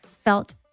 felt